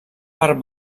part